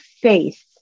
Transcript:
faith